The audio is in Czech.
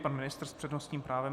Pan ministr s přednostním právem.